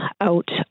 out